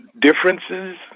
differences